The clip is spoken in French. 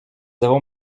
avons